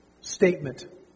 statement